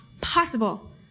possible